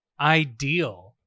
ideal